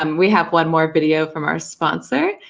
um we have one more video from our sponsor,